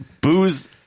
booze